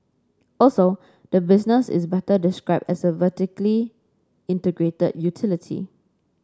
also the business is better described as a vertically integrated utility